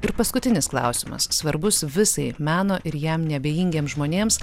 ir paskutinis klausimas svarbus visai meno ir jam neabejingiems žmonėms